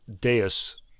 Deus